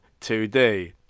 2D